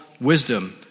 wisdom